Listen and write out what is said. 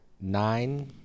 Nine